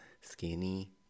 Skinny